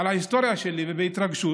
על ההיסטוריה שלי, בהתרגשות: